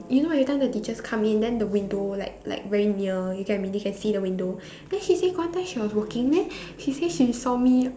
you know everytime the teachers come in then the window like like very near you can you can see the window then she say got one time she was walking then she say she saw me